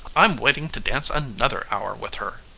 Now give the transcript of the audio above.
i'm waiting to dance another hour with her.